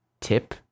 tip